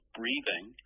breathing